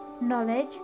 knowledge